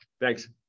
Thanks